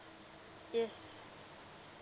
yes